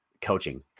coaching